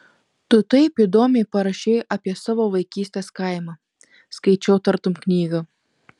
tu taip įdomiai parašei apie savo vaikystės kaimą skaičiau tartum knygą